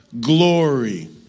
glory